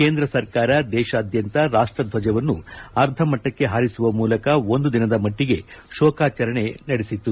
ಕೇಂದ್ರ ಸರ್ಕಾರ ದೇಶಾದ್ಯಂತ ರಾಷ್ವಧ್ವಜವನ್ನು ಅರ್ಧ ಮಟ್ಟಕ್ಕೆ ಹಾರಿಸುವ ಮೂಲಕ ಒಂದು ದಿನದ ಮಟ್ಟಿಗೆ ಶೋಕಾಚರಣೆ ಆಚರಿಸಿತು